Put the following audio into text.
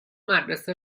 مدرسه